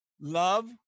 love